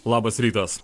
labas rytas